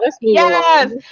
Yes